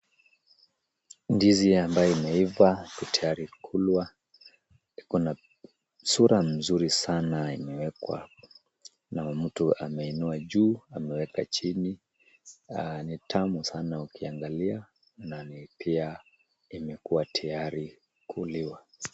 Ndizi ambayo imeiva iko tayari kulwa iko na sura mzuri sana imewekwa na mtu ameinua juu ameweka chini. Ni tamu sana ukiangalia na ni pia imekuwa tayari kuliwa.